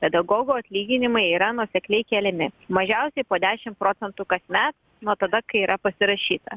pedagogų atlyginimai yra nuosekliai keliami mažiausiai po dešimt procentų kasmet nuo tada kai yra pasirašyta